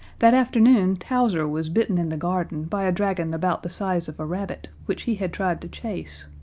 that afternoon towser was bitten in the garden by a dragon about the size of a rabbit, which he had tried to chase,